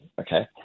Okay